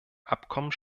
abkommen